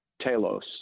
telos